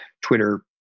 twitter